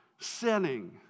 sinning